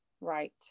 right